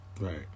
Right